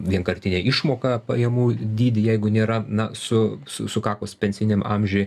vienkartinę išmoką pajamų dydį jeigu nėra na su su sukakus pensiniam amžiui